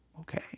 Okay